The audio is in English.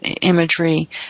imagery